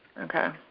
okay.